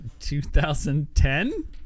2010